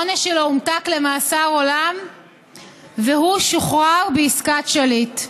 העונש שלו הומתק למאסר עולם והוא שוחרר בעסקת שליט.